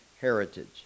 heritage